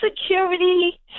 security